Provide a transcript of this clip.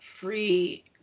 free